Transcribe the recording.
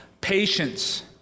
patience